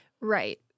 Right